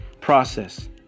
process